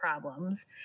problems